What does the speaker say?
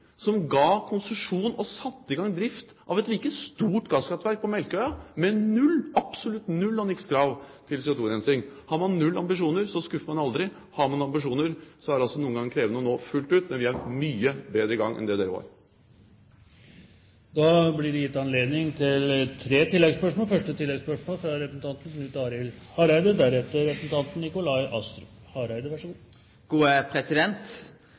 som ga konsesjon og satte i gang drift av et like stort gasskraftverk på Melkøya, med null, absolutt null og niks krav til CO2-rensing. Har man null ambisjoner, skuffer man aldri. Har man ambisjoner, er det noen ganger krevende å nå dem fullt ut, men vi er mye bedre i gang enn det dere var. Det blir gitt anledning til tre oppfølgingsspørsmål – først Knut Arild Hareide.